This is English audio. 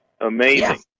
Amazing